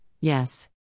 yes